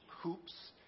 hoops